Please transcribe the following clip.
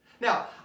Now